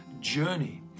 journey